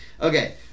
Okay